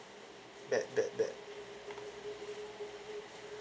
that that that